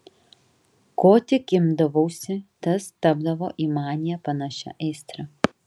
ko tik imdavausi tas tapdavo į maniją panašia aistra